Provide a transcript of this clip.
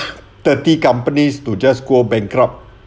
thirty companies to just go bankrupt